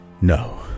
no